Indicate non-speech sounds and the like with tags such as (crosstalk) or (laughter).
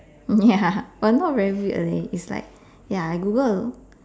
(laughs) ya but not very weird leh it's like ya I Google